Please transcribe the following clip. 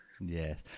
Yes